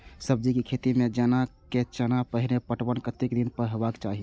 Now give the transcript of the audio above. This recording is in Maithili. सब्जी के खेती में जेना चना के पहिले पटवन कतेक दिन पर हेबाक चाही?